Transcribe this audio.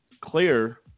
Clear